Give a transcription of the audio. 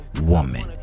woman